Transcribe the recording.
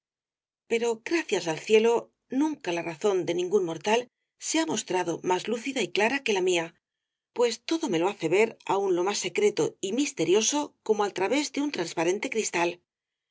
pero gracias al cielo nunca la razón de ningún mortal se ha mostrado más lúcida y clara que la mía pues todo me lo hace ver aun lo más secreto y misterioso como al través de un transparente cristal